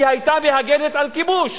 כי הגנה על כיבוש